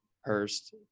Hurst